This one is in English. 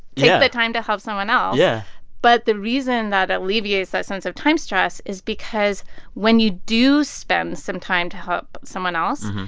yeah. take the time to help someone else yeah but the reason that alleviates that sense of time stress is because when you do spend some time to help someone else,